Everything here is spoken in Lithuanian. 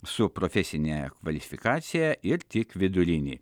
su profesine kvalifikacija ir tik vidurinį